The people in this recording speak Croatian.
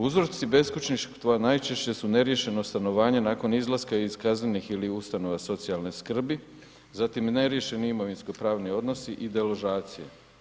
Uzroci beskućništva najčešće su neriješeno stanovanje nakon izlaska iz kaznenih ili ustanova socijalne skrbi, zatim neriješeni imovinsko-pravni odnosi i deložacije.